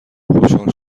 خوشحال